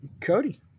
Cody